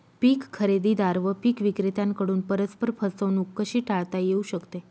पीक खरेदीदार व पीक विक्रेत्यांकडून परस्पर फसवणूक कशी टाळता येऊ शकते?